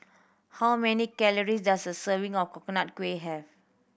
how many calories does a serving of Coconut Kuih have